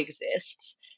exists